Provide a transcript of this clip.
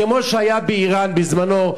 כמו שהיה באירן בזמנו,